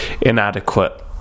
Inadequate